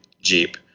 Jeep